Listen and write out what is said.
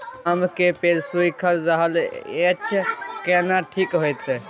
आम के पेड़ सुइख रहल एछ केना ठीक होतय?